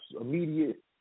immediate